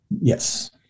Yes